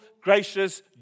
gracious